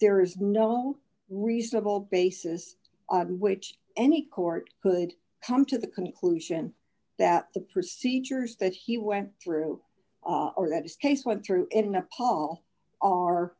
there is no reasonable basis on which any court could come to the conclusion that the procedures that he went through or that his case went through in nepal are